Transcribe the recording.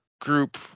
group